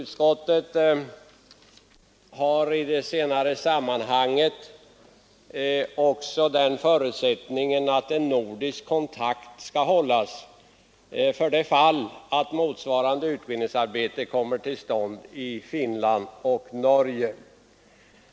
Likaså förutsätter utskottet att nordisk kontakt skall hållas för det fall att motsvarande utredningsarbete kommer till stånd i Finland och Norge.